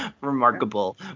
remarkable